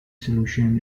solution